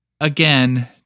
again